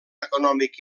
econòmic